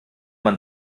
man